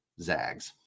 Zags